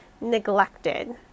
neglected